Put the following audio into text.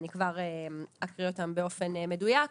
אני כבר אקריא אותם באופן מדויק,